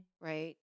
right